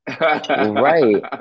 Right